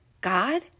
God